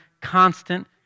constant